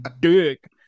dick